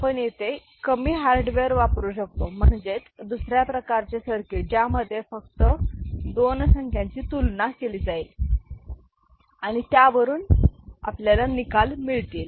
आपण येथे कमी हार्डवेअर वापरू शकतो म्हणजेच दुसऱ्या प्रकारचे सर्किट ज्यामध्ये फक्त दोन संख्यांची तुलना केली जाईल आणि त्यावरून परिणाम मिळतील